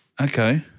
Okay